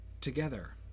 together